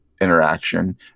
interaction